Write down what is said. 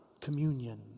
Communion